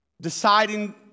deciding